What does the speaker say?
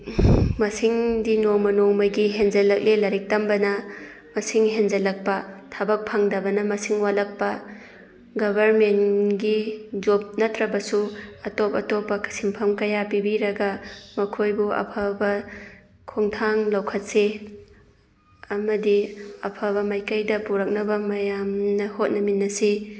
ꯃꯁꯤꯡꯗꯤ ꯅꯣꯡꯃ ꯅꯣꯡꯃꯒꯤ ꯍꯦꯟꯖꯜꯂꯛꯂꯦ ꯂꯥꯏꯔꯤꯛ ꯇꯝꯕꯅ ꯃꯁꯤꯡ ꯍꯦꯟꯖꯜꯂꯛꯄ ꯊꯕꯛ ꯐꯪꯗꯕꯅ ꯃꯁꯤꯡ ꯋꯥꯠꯂꯛꯄ ꯒꯚꯔꯟꯃꯦꯟꯒꯤ ꯖꯣꯞ ꯅꯠꯇ꯭ꯔꯕꯁꯨ ꯑꯇꯣꯞ ꯑꯇꯣꯞꯄ ꯁꯤꯟꯐꯝ ꯀꯌꯥ ꯄꯤꯕꯤꯔꯒ ꯃꯈꯣꯏꯕꯨ ꯑꯐꯕ ꯈꯣꯡꯊꯥꯡ ꯂꯧꯈꯠꯁꯤ ꯑꯃꯗꯤ ꯑꯐꯕ ꯃꯥꯏꯀꯩꯗ ꯄꯨꯔꯛꯅꯕ ꯃꯌꯥꯝꯅ ꯍꯣꯠꯅꯃꯤꯟꯅꯁꯤ